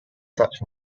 such